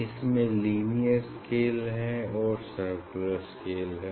इसमें linear scale है और सर्कुलर स्केल है